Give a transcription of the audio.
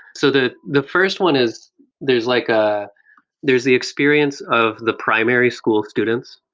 so the the first one is there's like ah there's the experience of the primary school students.